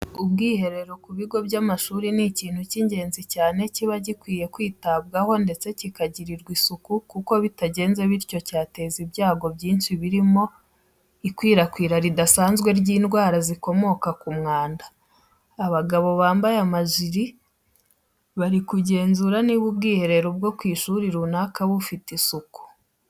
Ubwiherero ku bigo by'amashuri ni ikintu cy'ingenzi cyane kiba gikwiriye kwitabwaho ndetse kigakirirwa isuku kuko bitagenze bityo cyateza ibyago byinshi birimo ikwirakwira ridasanzwe ry'indwara zikomoka ku mwanda. Abagabo bambaye amajiri bari kugemzura niba ubwiherero bwo ku ishuri runaka bufite isuku.